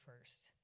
first